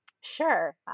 Sure